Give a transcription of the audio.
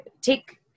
take